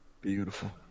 beautiful